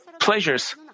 pleasures